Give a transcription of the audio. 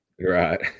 Right